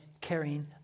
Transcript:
carrying